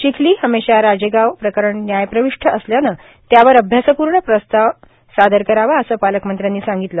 चिखली हमेशा राजेगाव प्रकरण न्यायप्रविष्ट असल्याने त्यावर अभ्यासपूर्ण प्रसताव प्रस्ताव सादर करावा असे पालकमंत्रयांनी सांगितले